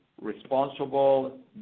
responsible